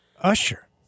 Usher